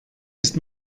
ist